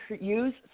use